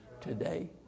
today